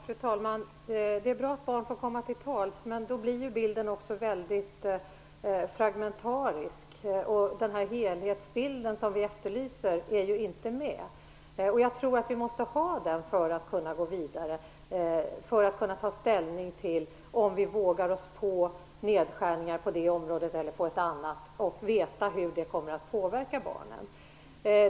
Fru talman! Det är bra att barn får komma till tals, men då blir bilden också väldigt fragmentarisk. Den helhetsbild som vi efterlyser finns ju inte med. Vi måste nog ha en sådan för att vi skall kunna gå vidare och för att vi skall kunna ta ställning till om vi vågar oss på nedskärningar och samtidigt se hur dessa påverkar barnen.